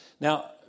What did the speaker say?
Now